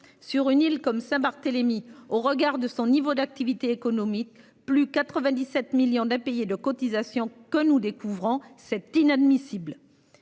Sur une île comme Saint-Barthélemy au regard de son niveau d'activité économique plus 97 millions d'payer de cotisations que nous découvrons, c'est inadmissible.